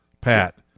Pat